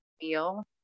feel